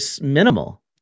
minimal